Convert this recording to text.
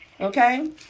Okay